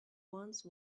once